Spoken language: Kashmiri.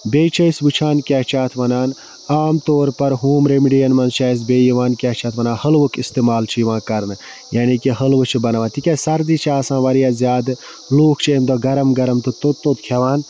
بیٚیہِ چھِ أسۍ وٕچھان کیاہ چھِ اتھ وَنان عام طور پَر ہوم ریٚمِڈِیَن مَنٛز چھِ اَسہِ بیٚیہِ یِوان کیاہ چھِ اتھ وَنان حَلوُک اِستعمال چھِ یِوان کَرنہٕ یعنے کہِ حٔلوٕ چھِ بَناوان تِکیازِ سردی چھِ آسان واریاہ زیادٕ لوٗکھ چھِ امہِ دۄہ گرم گرم تہٕ توٚت توٚت کھیٚوان